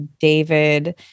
David